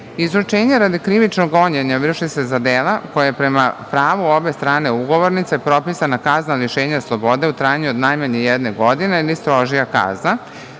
presude. Izručenje radi krivičnog gonjenja vrši se za dela koja je prema pravu obe strane ugovornice propisana kazna lišenja slobode u trajanju od najmanje jedne godine ili strožija kazna,